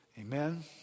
Amen